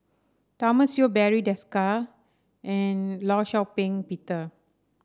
Thomas Yeo Barry Desker and Law Shau Ping Peter